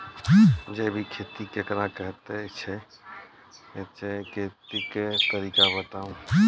जैबिक खेती केकरा कहैत छै, खेतीक तरीका बताऊ?